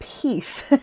peace